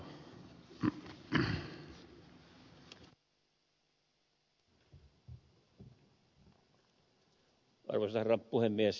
arvoisa herra puhemies